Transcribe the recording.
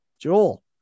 Joel